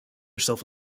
self